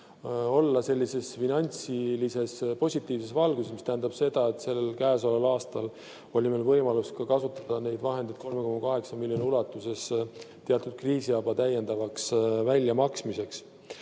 olla sellises finantsilises positiivses valguses, mis tähendab seda, et käesoleval aastal oli meil võimalus kasutada neid vahendeid 3,8 miljoni ulatuses teatud kriisiabi täiendavaks väljamaksmiseks.